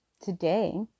today